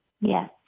Yes